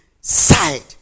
side